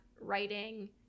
writing